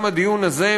גם הדיון הזה,